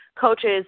coaches